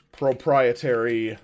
proprietary